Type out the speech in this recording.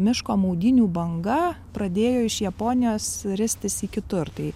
miško maudynių banga pradėjo iš japonijos ristis į kitur tai